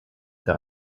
der